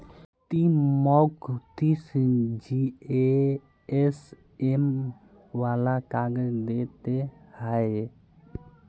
ती मौक तीस जीएसएम वाला काग़ज़ दे ते हैय्